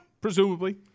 presumably